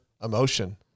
emotion